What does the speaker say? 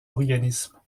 organismes